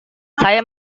saya